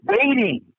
waiting